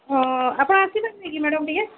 ହଁ ଆପଣ ଆସିବେନି କି ମ୍ୟାଡମ୍ ଟିକେ